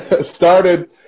started